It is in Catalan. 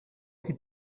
qui